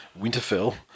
Winterfell